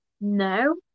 no